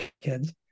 kids